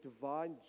divine